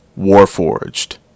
Warforged